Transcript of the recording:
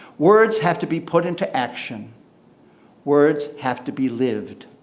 words have to be put into action words have to be lived.